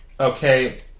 Okay